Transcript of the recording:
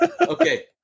Okay